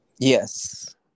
Yes